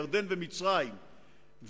ירדן ומצרים,